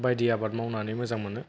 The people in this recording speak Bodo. बायदि आबाद मावनानै मोजां मोनो